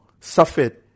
Suffered